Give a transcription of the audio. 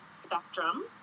spectrum